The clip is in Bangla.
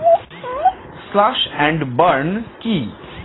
স্লাস এন্ড বার্ন কি?